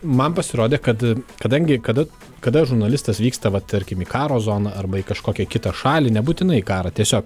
man pasirodė kad kadangi kada kada žurnalistas vyksta va tarkim į karo zoną arba į kažkokią kitą šalį nebūtinai į karą tiesiog